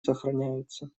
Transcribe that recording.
сохраняются